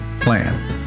plan